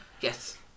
Yes